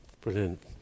Brilliant